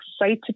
excited